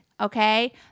Okay